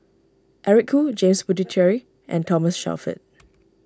Eric Khoo James Puthucheary and Thomas Shelford